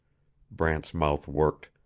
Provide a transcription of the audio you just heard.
brant's mouth worked.